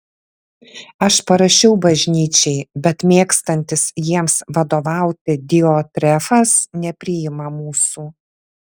aš parašiau bažnyčiai bet mėgstantis jiems vadovauti diotrefas nepriima mūsų